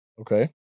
Okay